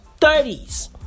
30s